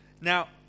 Now